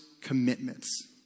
commitments